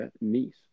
niece